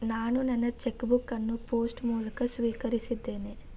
ನಾನು ನನ್ನ cheque book ಅನ್ನು ಪೋಸ್ಟ್ ಮೂಲಕ ಸ್ವೀಕರಿಸಿದ್ದೇನೆ